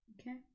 okay